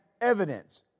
evidence